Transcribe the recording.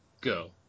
go